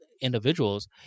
individuals